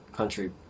country